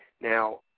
Now